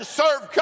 serve